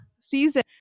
season